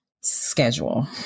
schedule